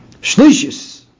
Shlishis